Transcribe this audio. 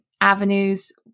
avenues